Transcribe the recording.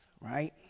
right